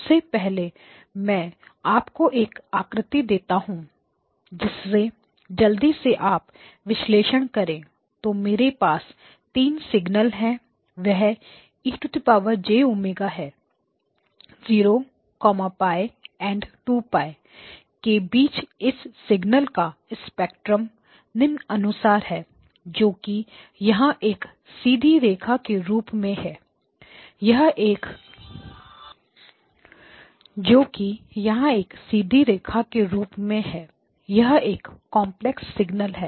सबसे पहले मैं आपको एक आकृति देता हूं जिससे जल्दी से आप विश्लेषण करें तो मेरे पास 3 सिग्नल्स है वह X0 e jω है 0 π and 2 π के बीच इस सिग्नल का स्पेक्ट्रम निम्नानुसार हैं जो कि यहां एक सीधी रेखा के रूप में है यह एक कॉम्प्लेक्स सिग्नल है